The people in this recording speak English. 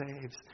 saves